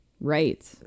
Right